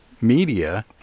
media